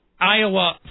Iowa